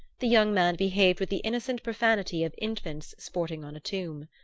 the young man behaved with the innocent profanity of infants sporting on a tomb.